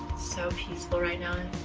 so peaceful right now.